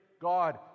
God